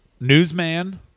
newsman